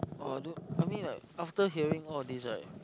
oh I don't I mean like after hearing all of these right